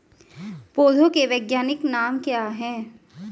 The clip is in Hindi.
पौधों के वैज्ञानिक नाम क्या हैं?